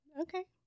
Okay